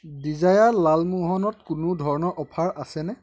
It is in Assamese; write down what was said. ডিজায়াৰ লালমোহনত কোনো ধৰণৰ অফাৰ আছেনে